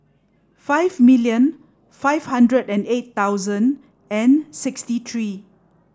five million five hundred and eight thousand and sixty three